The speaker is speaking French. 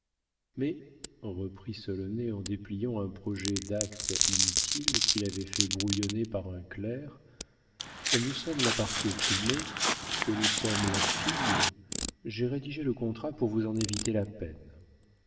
mais reprit solonet en dépliant un projet d'acte inutile qu'il avait fait brouillonner par un clerc comme nous sommes la partie opprimée que nous sommes la fille j'ai rédigé le contrat pour vous en éviter la peine